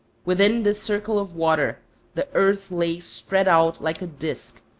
within this circle of water the earth lay spread out like a disk,